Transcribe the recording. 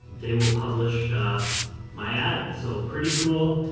they will publish ah my ad. so pretty cool.